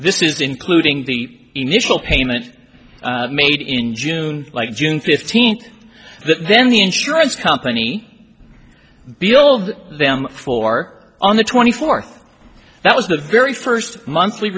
this is including the initial payment made in june like june fifteenth then the insurance company be old them for on the twenty fourth that was the very first monthly